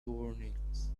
warnings